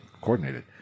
coordinated